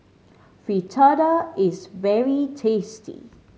Fritada is very tasty